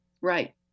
Right